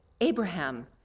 Abraham